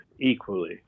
equally